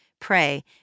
pray